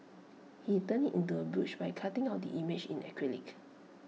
he turned IT into A brooch by cutting out the image in acrylic